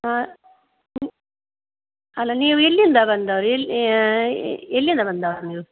ಹಾಂ ಹ್ಞೂ ಅಲ್ಲಾ ನೀವು ಎಲ್ಲಿಂದ ಬಂದವ್ರು ಎಲ್ ಎಲ್ಲಿಂದ ಬಂದವ್ರು ನೀವು